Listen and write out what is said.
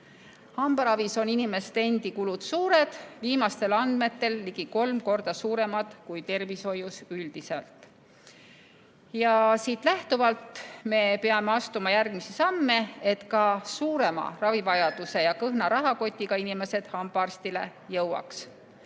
Hambaravis on inimeste endi kulud suured, viimastel andmetel ligi kolm korda suuremad kui tervishoius üldiselt. Sellest lähtuvalt me peame astuma järgmisi samme, et ka suurema ravivajaduse ja kõhna rahakotiga inimesed hambaarsti juurde